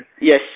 Yes